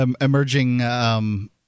emerging